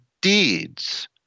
deeds